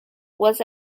was